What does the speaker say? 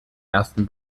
ersten